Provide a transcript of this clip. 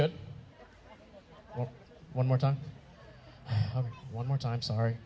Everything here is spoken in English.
get one more time one more time sorry